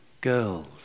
girls